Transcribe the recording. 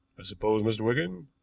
i suppose, mr. wigan,